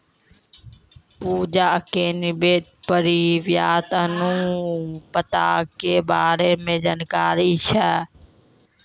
पूजा के निवेश परिव्यास अनुपात के बारे मे जानकारी छै